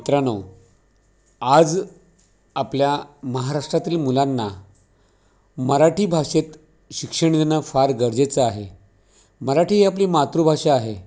मित्रांनो आज आपल्या महाराष्ट्रातील मुलांना मराठी भाषेत शिक्षण देणं फार गरजेचं आहे मराठी ही आपली मातृभाषा आहे